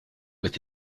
with